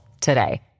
today